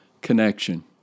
connection